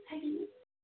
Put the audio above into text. ह